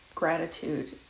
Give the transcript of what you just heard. gratitude